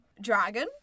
dragon